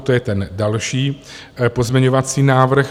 To je ten další pozměňovací návrh.